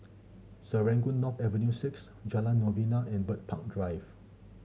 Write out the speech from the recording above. Serangoon North Avenue Six Jalan Novena and Bird Park Drive